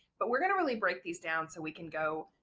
but we're going to really break these down so we can go,